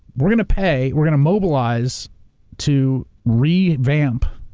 we're going to pay, we're going to mobilize to revamp,